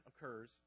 occurs